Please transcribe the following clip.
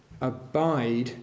Abide